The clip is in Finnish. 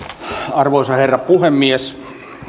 arvoisa herra puhemies